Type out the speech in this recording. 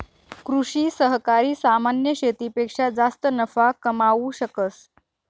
कृषि सहकारी सामान्य शेतीपेक्षा जास्त नफा कमावू शकस